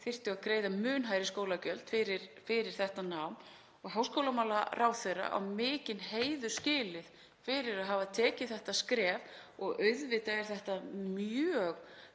þyrftu að greiða mun hærri skólagjöld fyrir þetta nám. Háskólamálaráðherra á mikinn heiður skilinn fyrir að hafa tekið þetta skref og auðvitað er þetta mjög